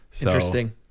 Interesting